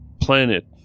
planet